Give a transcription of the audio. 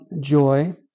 joy